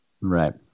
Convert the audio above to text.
right